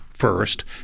First